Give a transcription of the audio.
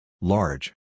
Large